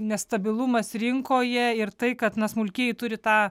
nestabilumas rinkoje ir tai kad na smulkieji turi tą